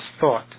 thought